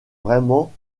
vraiment